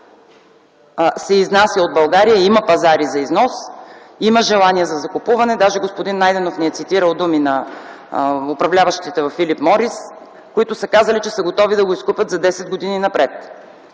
тютюнът се изнася от България, има пазари за износ, има желание за закупуване. Даже господин Найденов ни е цитирал думи на управляващите във „Филип Морис”, които са казали, че са готови да го изкупят за десет години напред.